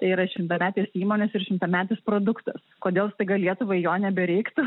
tai yra šimtametės įmonės ir šimtametis produktas kodėl staiga lietuvai jo nebereiktų